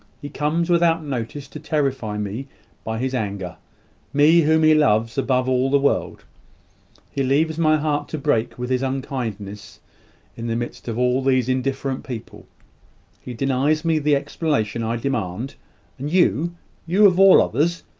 he comes without notice to terrify me by his anger me whom he loves above all the world he leaves my heart to break with his unkindness in the midst of all these indifferent people he denies me the explanation i demand and you you of all others,